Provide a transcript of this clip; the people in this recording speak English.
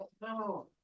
no